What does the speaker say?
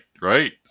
Right